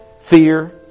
fear